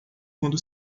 quando